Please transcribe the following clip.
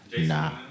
Nah